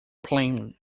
plainly